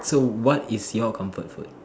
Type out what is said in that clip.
so what is your comfort food